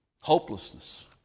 Hopelessness